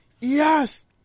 yes